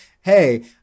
Hey